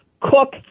Cook